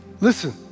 listen